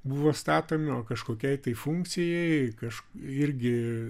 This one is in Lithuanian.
buvo statomi o kažkokiai tai funkcijai kažko irgi